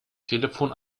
telefon